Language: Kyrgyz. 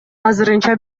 азырынча